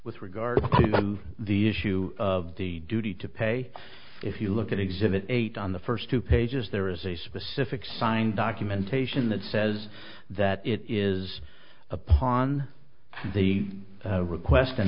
with regard to the issue of the duty to pay if you look at exhibit eight on the first two pages there is a specific signed documentation that says that it is upon the request and